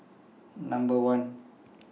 Number one